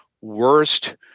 worst